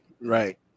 Right